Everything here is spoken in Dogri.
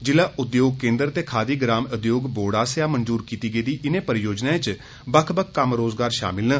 ज़िला उद्योग केन्द्र ते खादी ग्राम उद्योग बोर्ड आस्सेआ मंजूर कीती गेदी इनी परियोजनाएं च बक्ख बक्ख कम्म रोजगार शामल न